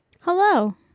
Hello